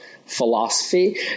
philosophy